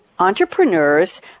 entrepreneurs